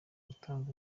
gutanga